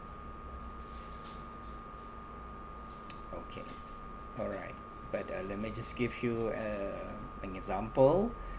okay all right but uh let me just give you uh an example